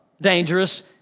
dangerous